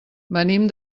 venim